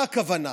מה הכוונה?